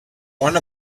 one